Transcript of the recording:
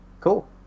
Cool